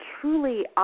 truly